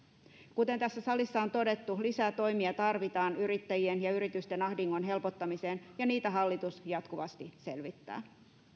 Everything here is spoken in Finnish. kuten tässä salissa on todettu lisää toimia tarvitaan yrittäjien ja yritysten ahdingon helpottamiseen ja niitä hallitus jatkuvasti selvittää